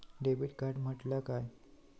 Debit card म्हटल्या काय?